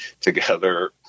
together